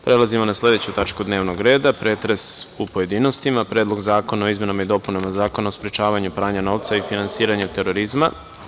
Prelazimo na sledeću tačku dnevnog reda, pretres u pojedinostima - PREDLOG ZAKONA O IZMENAMA I DOPUNAMA ZAKONA O SPREČAVANjU PRANjA NOVCA I FINANSIRANjU TERORIZMA.